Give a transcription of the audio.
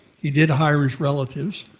he did hire his relatives.